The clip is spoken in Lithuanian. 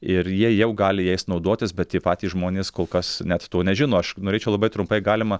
ir jie jau gali jais naudotis bet tie patys žmonės kol kas net to nežino aš norėčiau labai trumpai galima